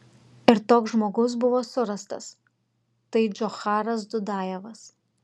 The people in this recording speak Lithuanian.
ir toks žmogus buvo surastas tai džocharas dudajevas